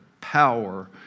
power